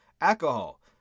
alcohol